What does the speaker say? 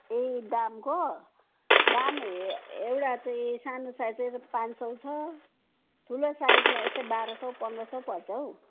ए दामको दाम हे एउटा चाहिँ सानो साइज चाहिँ पाँच सय छ ठुलो साइजमा यस्तै बाह्र सय पन्ध्र सय पर्छ हौ